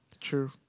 True